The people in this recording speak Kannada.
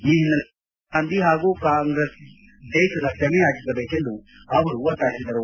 ಈ ಹಿನ್ನೆಲೆಯಲ್ಲಿ ರಾಹುಲ್ ಗಾಂಧಿ ಹಾಗೂ ಕಾಂಗ್ರೆಸ್ ದೇಶದ ಕ್ಷಮೆಯಾಚಿಸಬೇಕೆಂದು ಅವರು ಒತ್ತಾಯಿಸಿದರು